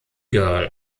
girl